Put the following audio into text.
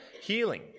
healing